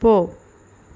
போ